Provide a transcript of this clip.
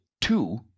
two